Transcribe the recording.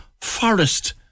forest